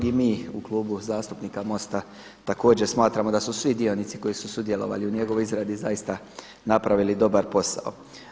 I mi u Klubu zastupnika MOST-a također smatramo da su svi dionici koji su sudjelovali u njegovoj izradi zaista napravili dobar posao.